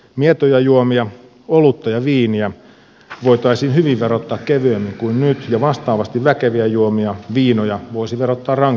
mietoja juomia olutta ja viiniä voitaisiin hyvin verottaa kevyemmin kuin nyt ja vastaavasti väkeviä juomia viinoja voisi verottaa rankemminkin